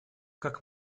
как